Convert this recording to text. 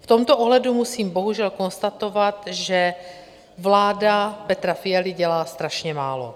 V tomto ohledu musím bohužel konstatovat, že vláda Petra Fialy dělá strašně málo.